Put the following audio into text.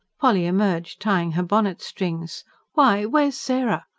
polly emerged, tying her bonnet-strings. why, where's sarah?